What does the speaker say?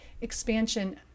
expansion